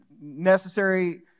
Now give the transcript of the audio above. necessary